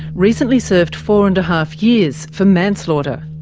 recently served four and a half years for manslaughter.